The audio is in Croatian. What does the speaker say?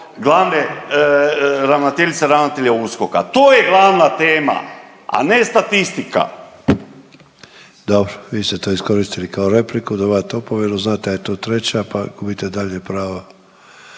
glavne ravnateljice i ravnatelja USKOK-a. To je glavna tema, a ne statistika. **Sanader, Ante (HDZ)** Dobro. Vi ste to iskoristili kao repliku, dobivate opomenu. Znate da je to treća, pa gubite dalje pravo.